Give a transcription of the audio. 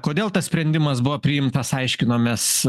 kodėl tas sprendimas buvo priimtas aiškinomės